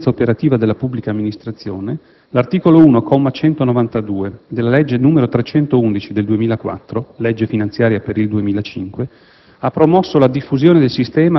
Nell'intento di migliorare l'efficienza operativa della pubblica amministrazione, l'articolo 1, comma 192, della legge n. 311 del 2004 (legge finanziaria per il 2005),